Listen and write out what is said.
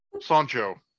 Sancho